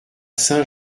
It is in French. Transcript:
saint